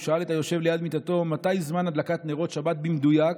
הוא שאל את היושב ליד מיטתו מתי זמן הדלקת נרות שבת במדויק,